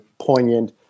poignant